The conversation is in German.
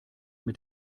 mit